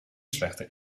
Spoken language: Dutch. slechte